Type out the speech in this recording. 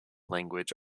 language